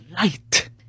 light